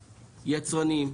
יצרנים,